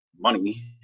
money